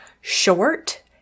short